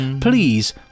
Please